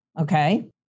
okay